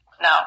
No